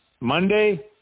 Monday